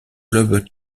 club